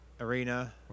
Arena